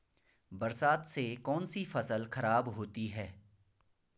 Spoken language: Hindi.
बरसात से कौन सी फसल खराब होती है?